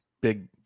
big